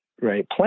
right